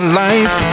life